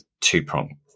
two-prong